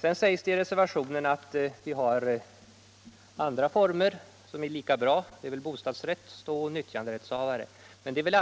Det sägs i reservationen att vi har andra former som är lika bra — det gäller väl då bostadsrättsoch nyttjanderättshavare. Men det är väl